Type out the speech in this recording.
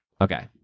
Okay